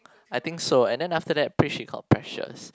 I think so and then after that Pris she called Precious